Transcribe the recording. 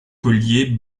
collier